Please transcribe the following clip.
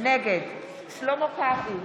נגד שלמה קרעי,